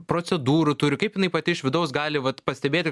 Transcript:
procedūrų turi kaip jinai pati iš vidaus gali vat pastebėti